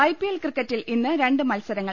IPL ക്രിക്കറ്റിൽ ഇന്ന് രണ്ട് മത്സരങ്ങൾ